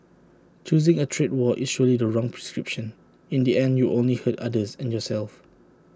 choosing A trade war is surely the wrong prescription in the end you will only hurt others and yourself